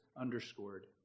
underscored